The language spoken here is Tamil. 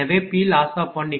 எனவே PLoss10